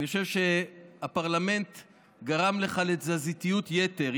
אני חושב שהפרלמנט גרם לך לתזזיתיות יתר.